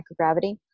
microgravity